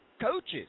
coaches